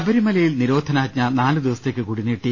ശബരിമലയിൽ നിരോധനാജ്ഞ നാലു ദിവസത്തേക്കുകൂടി നീട്ടി